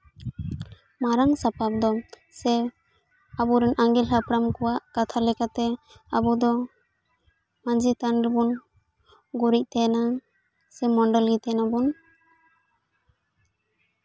ᱢᱟᱨᱟᱝ ᱥᱟᱯᱟᱵ ᱫᱚ ᱥᱮ ᱟᱵᱚᱨᱮᱱ ᱟᱹᱜᱤᱞ ᱦᱟᱯᱲᱟᱢ ᱠᱚᱣᱟᱜ ᱠᱟᱛᱷᱟ ᱞᱮᱠᱟᱛᱮ ᱟᱵᱚ ᱫᱚ ᱢᱟᱱᱡᱷᱤ ᱛᱷᱟᱱ ᱨᱮᱵᱚᱱ ᱜᱩᱨᱤᱡ ᱛᱟᱦᱮᱸᱱᱟ ᱥᱮ ᱢᱟᱹᱰᱳᱞᱤᱭ ᱛᱟᱦᱮᱸᱱᱟᱵᱚᱱ